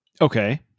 Okay